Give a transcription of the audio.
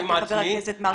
חבר הכנסת מרגי.